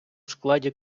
складі